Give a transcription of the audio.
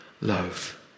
love